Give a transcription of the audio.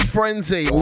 Frenzy